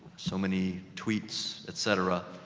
so many tweets, et cetera,